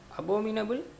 abominable